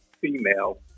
female